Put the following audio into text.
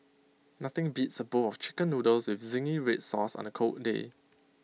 nothing beats A bowl of Chicken Noodles with Zingy Red Sauce on A cold day